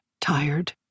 tired